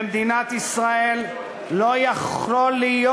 במדינת ישראל לא יכול להיות,